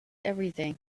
everything